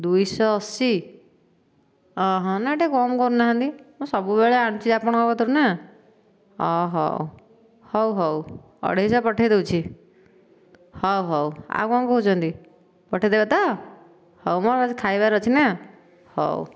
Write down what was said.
ଦୁଇଶହ ଅଶୀ ନା ଟିକେ କମ୍ କରୁନାହାନ୍ତି ମୁଁ ସବୁବେଳେ ଆଣୁଛି ଆପଣଙ୍କ କତିରୁ ନା ହେଉ ହେଉ ହେଉ ଅଢ଼େଇଶହ ପଠାଇ ଦେଉଛି ହେଉ ହେଉ ଆଉ କ'ଣ କହୁଛନ୍ତି ପଠାଇଦେବେ ତ ହେଉ ମୋ'ର ଆଜି ଖାଇବାର ଅଛି ନା ହେଉ